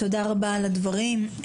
תודה רבה על הדברים.